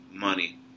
money